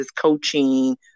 coaching